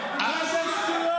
היושב-ראש,